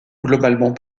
globalement